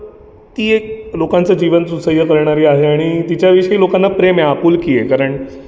ती एक लोकांचं जीवन सुसह्य करणारी आहे आणि तिच्याविषयी लोकांना प्रेम आहे आपुलकी आहे कारण